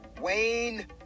Wayne